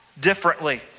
differently